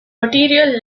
material